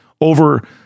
over